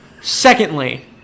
Secondly